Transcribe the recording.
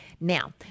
Now